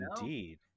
indeed